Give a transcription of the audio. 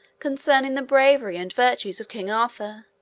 concerning the bravery and virtues of king arthur,